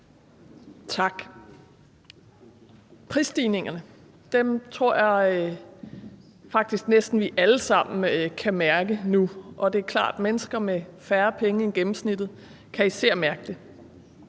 Tak. Prisstigningerne tror jeg faktisk næsten vi alle sammen kan mærke nu, og det er klart, at mennesker med færre penge end gennemsnittet især kan mærke det.